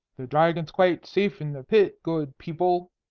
the dragon's quite safe in the pit, good people,